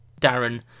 Darren